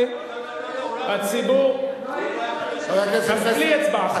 חבר הכנסת פלסנר,